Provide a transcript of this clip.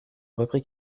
reprit